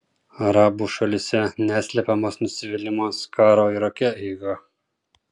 arabų šalyse neslepiamas nusivylimas karo irake eiga